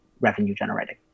revenue-generating